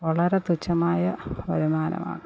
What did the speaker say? വളരെ തുച്ഛമായ വരുമാനമാണ്